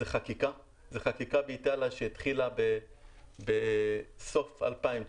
זו חקיקה באיטליה שהתחילה בסוף 2019